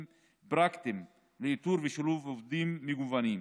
פרקטיים לאיתור ושילוב עובדים מגוונים.